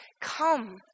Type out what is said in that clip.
come